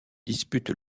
dispute